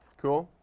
cool?